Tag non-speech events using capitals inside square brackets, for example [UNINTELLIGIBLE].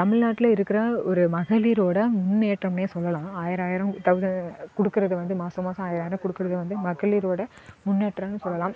தமிழ்நாட்டில் இருக்கிற ஒரு மகளிரோடய முன்னேற்றம் சொல்லலாம் ஆயிரம் ஆயிரம் [UNINTELLIGIBLE] கொடுக்கறது வந்து மாதம் மாதம் ஆயிரம் ஆயிரம் கொடுக்கறது வந்து மகளிரோடய முன்னேற்றோம்னு சொல்லலாம்